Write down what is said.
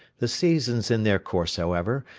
the seasons in their course, however,